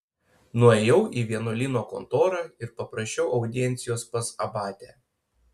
nuėjau į vienuolyno kontorą ir paprašiau audiencijos pas abatę